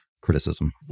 criticism